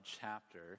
chapter